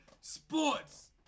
Sports